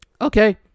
Okay